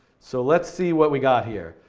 so let's see what we got here.